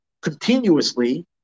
continuously